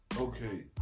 okay